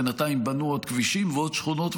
בינתיים בנו עוד כבישים ועוד שכונות,